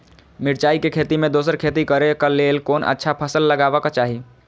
मिरचाई के खेती मे दोसर खेती करे क लेल कोन अच्छा फसल लगवाक चाहिँ?